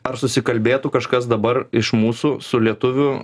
ar susikalbėtų kažkas dabar iš mūsų su lietuviu